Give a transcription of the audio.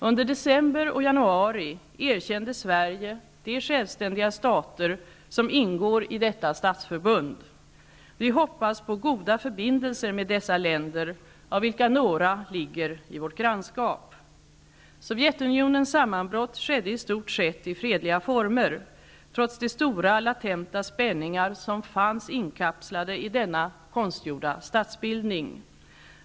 Under december och januari erkände Sverige de självständiga stater som ingår i detta statsföbund. Vi hoppas på goda förbindelser med dessa länder, av vilka några ligger i vårt grannskap. Sovjetunionens sammanbrott skedde i stort sett i fredliga former, trots de stora latenta spänningar som fanns inkapslade i denna konstgjorda statsbildning.